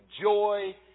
joy